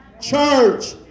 Church